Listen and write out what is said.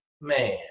man